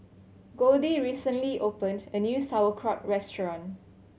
Goldie recently opened a new Sauerkraut Restaurant